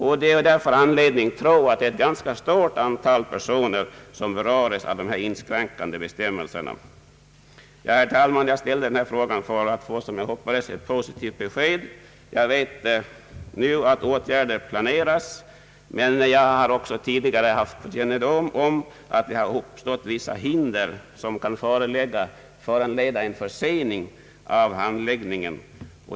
Det finns därför anledning att tro att ett ganska stort antal personer beröres av dessa inskränkande bestämmelser. Ja, herr talman, jag ställde denna fråga för att få ett, som jag hoppades, positivt besked. Jag vet nu att åtgärder planeras, men jag har också kännedom om att det tidigare har uppstått vissa hinder, som kan föranleda en försening av handläggningen.